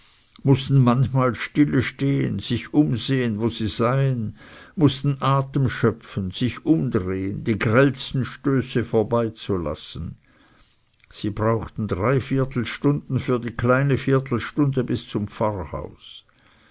mußten manchmal stillestehen sich umsehen wo sie seien mußten atem schöpfen sich umdrehen die grellsten stöße vorbeizulassen sie brauchten dreiviertelstunden für die kleine viertelstunde bis zum pfarrhaus